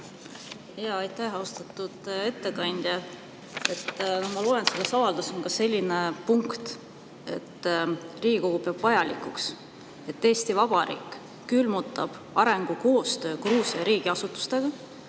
Aitäh! Austatud ettekandja! Ma loen, et selles avalduses on ka selline punkt, et Riigikogu peab vajalikuks, et Eesti Vabariik külmutab arengukoostöö Gruusia riigiasutustega